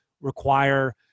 require